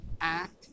act